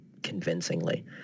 convincingly